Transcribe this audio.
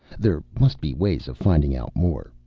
there must be ways of finding out more.